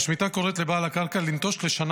השמיטה קוראת לבעל הקרקע לנטוש לשנה